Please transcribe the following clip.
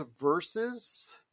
versus